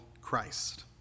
Christ